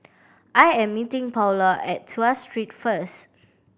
I am meeting Paola at Tuas Street first